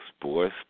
Sports